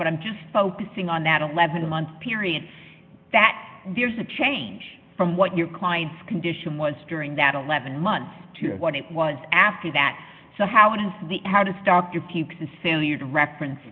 but i'm just focusing on that eleven month period that there's a change from what your clients condition was during that eleven months to what it was after that so how does the how to stop your